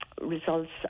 results